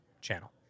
channel